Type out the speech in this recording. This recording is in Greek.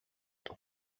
του